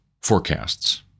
forecasts